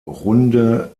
runde